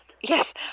Yes